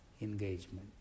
engagement